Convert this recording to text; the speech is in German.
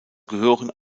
gehören